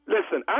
Listen